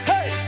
Hey